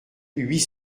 huit